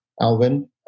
Alvin